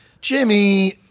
Jimmy